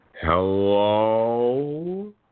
Hello